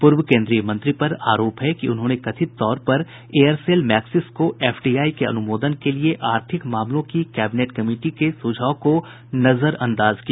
पूर्व केन्द्रीय मंत्री पर आरोप है कि उन्होंने कथित तौर पर एयरसेल मैक्सिस को एफडीआई के अनुमोदन के लिए आर्थिक मामलों की कैबिनेट कमिटी के सुझाव को नजरअंदाज किया